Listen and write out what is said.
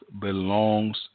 belongs